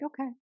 okay